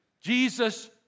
Jesus